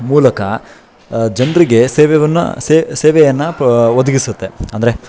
ಮೂಲಕ ಜನರಿಗೆ ಸೇವೆಯನ್ನ ಸೇ ಸೇವೆಯನ್ನು ಪ ಒದಗಿಸುತ್ತೆ ಅಂದರೆ